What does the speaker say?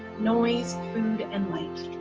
noise, food and light.